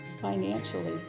financially